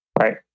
Right